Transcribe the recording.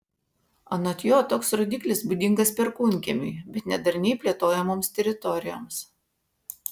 anot jo toks rodiklis būdingas perkūnkiemiui bet ne darniai plėtojamoms teritorijoms